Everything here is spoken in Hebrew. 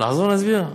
לחזור ולהסביר?